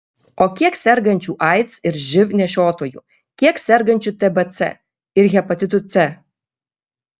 o kiek sergančių aids ir živ nešiotojų kiek sergančių tbc ir hepatitu c